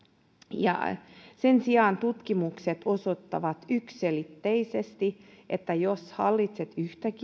sen sijaan tutkimukset osoittavat yksiselitteisesti että jos hallitset